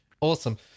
Awesome